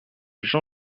jean